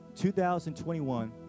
2021